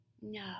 no